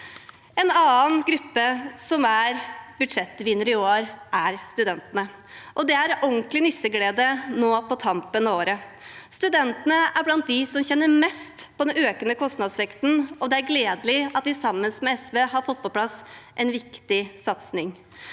En annen gruppe som er budsjettvinnere i år, er studentene. Det er ordentlig nisseglede nå på tampen av året. Studentene er blant dem som kjenner mest på den økende kostnadsveksten, og det er gledelig at vi sammen med SV har fått på plass en viktig satsing.